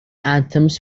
anthems